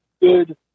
good